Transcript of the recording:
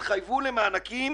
והתחייבו למענקים